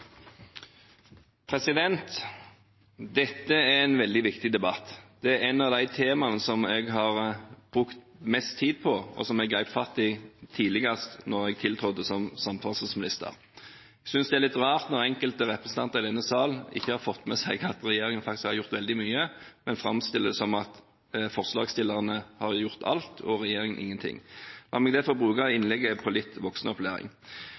en veldig viktig debatt. Det er et av de temaene som jeg har brukt mest tid på, og som jeg grep fatt i tidligst da jeg tiltrådte som samferdselsminister. Jeg synes det er litt rart når enkelte representanter i denne sal ikke har fått med seg at regjeringen faktisk har gjort veldig mye, men framstiller det som at forslagsstillerne har gjort alt og regjeringen ingenting. La meg derfor bruke innlegget til litt voksenopplæring.